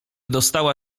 dostała